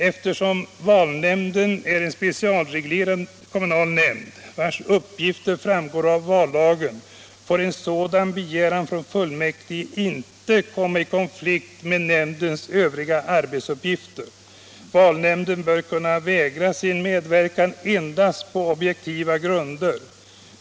Eftersom valnämnden är en specialreglerad kommunal nämnd, vars uppgifter framgår av vallagen, får en sådan begäran från fullmäktige inte komma i konflikt med nämndens övriga arbetsuppgifter. Valnämnden bör kunna vägra sin medverkan endast på objektiva grunder.